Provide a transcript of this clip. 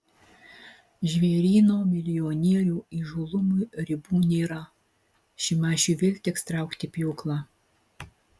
žvėryno milijonierių įžūlumui ribų nėra šimašiui vėl teks traukti pjūklą